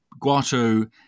Guato